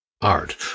art